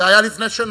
זה היה לפני שנה.